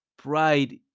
Pride